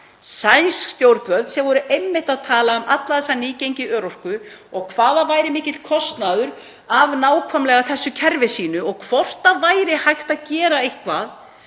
Sænsk stjórnvöld voru einmitt að tala um allt þetta nýgengi örorku og hvað það væri mikill kostnaður af nákvæmlega þessu kerfi sínu og hvort það væri hægt að gera eitthvað